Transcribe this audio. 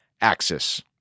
axis